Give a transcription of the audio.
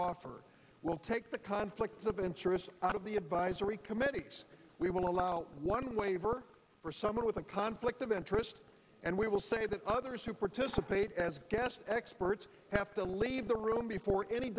offer will take the conflicts of interest out of the advisory committees we will allow one waiver for someone with a conflict of interest and we will say that others who participate as guest experts have to leave the room before any